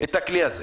את הכלי הזה.